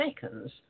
seconds